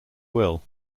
will